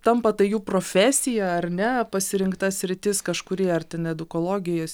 tampa tai jų profesija ar ne pasirinkta sritis kažkuri ar ten edukologijos